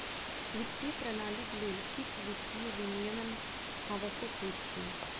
वित्तीय प्रणालीक लेल किछ वित्तीय विनियम आवश्यक होइत अछि